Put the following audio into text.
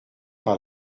par